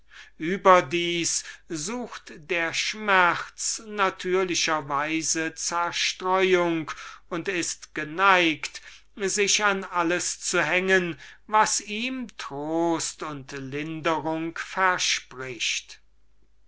überdem sucht der schmerz natürlicher weise eine zerstreuung und ist geneigt sich an alles zu hängen was ihm trost und linderung verspricht